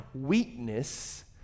weakness